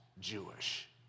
Jewish